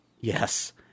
yes